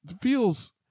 feels